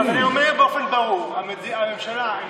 אני אומר באופן ברור: הממשלה,